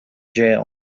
jail